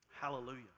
Hallelujah